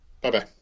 bye-bye